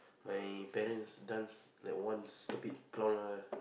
my parents does that once stupid